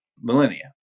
millennia